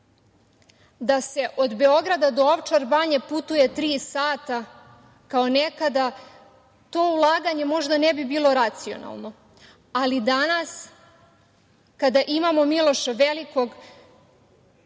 Da se od Beograda do Ovčar banje putuje tri sata kao nekada, to ulaganje možda ne bi bilo racionalno. Ali, danas, kada imamo „Miloša Velikog“